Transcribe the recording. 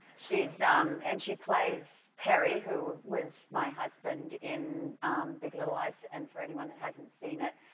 she's um and she plays perry, who was my husband in big little lies. and for anyone that hasn't seen it,